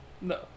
No